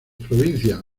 provincias